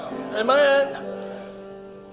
Amen